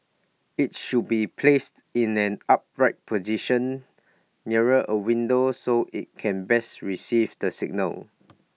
IT should be placed in an upright position near A window so IT can best receive the signal